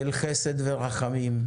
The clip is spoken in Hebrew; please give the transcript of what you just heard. של חסד ורחמים,